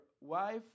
wife